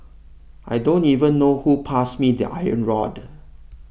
I don't even know who passed me the iron rod